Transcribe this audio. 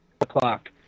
o'clock